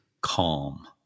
calm